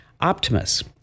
Optimus